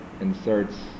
inserts